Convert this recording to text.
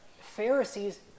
Pharisees